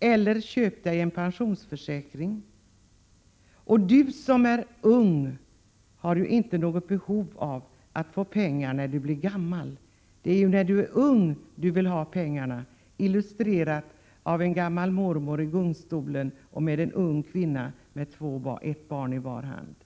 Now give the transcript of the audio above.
eller köp dig en pensionsförsäkring. Du som är ung har inte något behov av att få pengar när du blir gammal. Det är ju när du är ung som du vill ha pengarna. — Detta illustrerades med en gammal mormor som satt i gungstol och med en ung kvinna med ett barn i var hand.